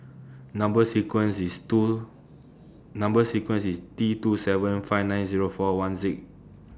Number sequence IS two Number sequence IS T two seven five nine Zero four one Z